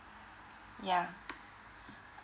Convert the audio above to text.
yeah